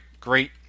great